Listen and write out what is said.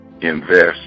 invest